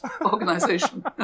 organization